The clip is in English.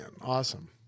Awesome